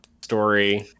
story